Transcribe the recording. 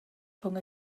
rhwng